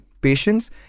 patience